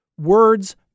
words